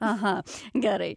aha gerai